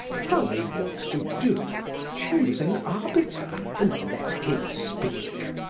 tell me what to do! choose an arbiter and let him speak.